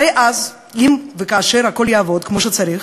הרי אם וכאשר הכול יעבוד כמו שצריך